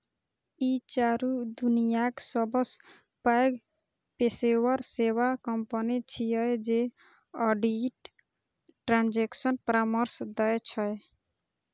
ई चारू दुनियाक सबसं पैघ पेशेवर सेवा कंपनी छियै जे ऑडिट, ट्रांजेक्शन परामर्श दै छै